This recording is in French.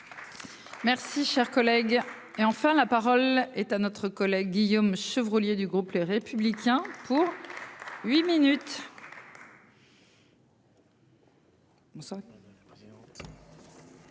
Merci cher collègue. Et enfin, la parole est à notre collègue Guillaume Chevrollier du groupe les républicains pour huit minutes.